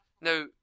now